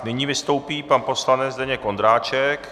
Nyní vystoupí pan poslanec Zdeněk Ondráček.